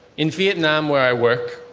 in vietnam, where i work